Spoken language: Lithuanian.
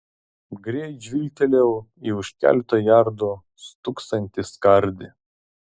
greit žvilgtelėjau į už keleto jardų stūksantį skardį